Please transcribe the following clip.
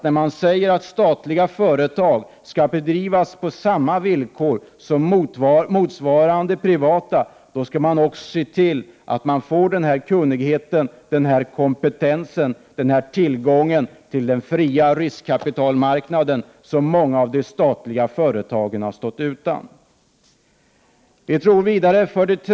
När man säger att statliga företag skall bedrivas på samma villkor som motsvarande privata, tror vi att man också måste se till att de får den kunnighet, 103 kompetens och tillgång till den fria riskkapitalmarknaden som många av de statliga företagen står utan.